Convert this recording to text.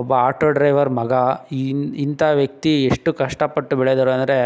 ಒಬ್ಬ auto driver ಮಗ ಈ ಇಂಥ ವ್ಯಕ್ತಿ ಎಷ್ಟು ಕಷ್ಟಪಟ್ಟು ಬೆಳೆದರು ಅಂದರೆ